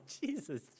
Jesus